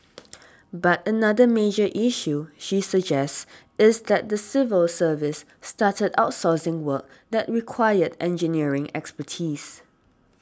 but another major issue she suggests is that the civil service started outsourcing work that required engineering expertise